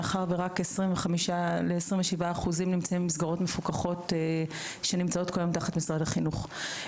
מאחר ורק 25%-27% נמצאים במסגרות מפוקחות הנמצאות תחת משרד החינוך.